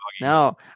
No